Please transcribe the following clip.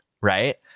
right